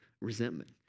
Resentment